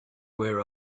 where